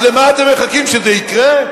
אז למה אתם מחכים, שזה יקרה?